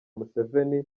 museveni